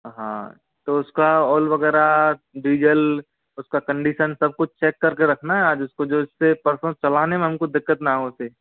हाँ तो उसका ओइल वगैरह डीज़ल उसका कंडिशन सब कुछ चेक कर के रखना है आज उसको जो उस से परसों चलाने में हमको दिक्कत ना हो उसे